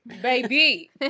baby